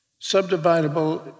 subdividable